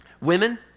Women